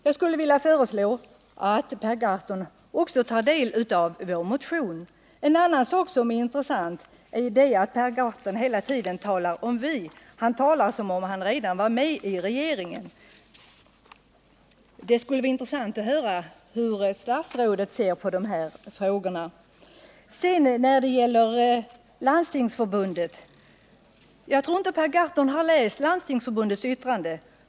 Jag skulle vilja föreslå att Per Gahrton också tar del av vår motion. En annan sak som är intressant är att Per Gahrton hela tiden talar om ”vi”. Han talar som om han redan vore med i regeringen. Det skulle vara intressant att höra hur statsrådet ser på de frågor vi just nu diskuterar. När det sedan gäiler Landstingsförbundets yttrande måste jag säga att jag inte tror att Per Gahrton läst detta.